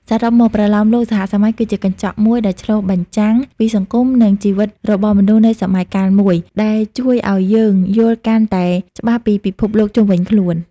សរុបមក ប្រលោមលោកសហសម័យគឺជាកញ្ចក់មួយដែលបានឆ្លុះបញ្ចាំងពីសង្គម និងជីវិតរបស់មនុស្សនៅសម័យកាលមួយ ដែលជួយឲ្យយើងយល់កាន់តែច្បាស់ពីពិភពលោកជុំវិញខ្លួន។